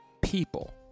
people